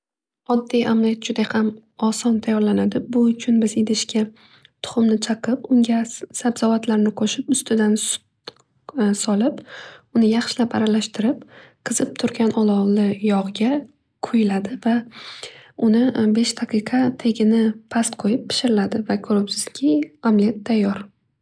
Oddiy omlet juda ham oson tayorlanadi. Bu uchun biz oddiy idishga tuxumni chaqib unga sabzavotlarni qo'shib ustidan sut solib uni yaxshilab aralashtirib qizib turgan olovli yog'ga quyiladi va uni besh daqiqa tagini past qo'yib pishiriladi va ko'ribsizki omlet tayyor.